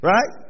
Right